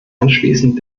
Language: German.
anschließend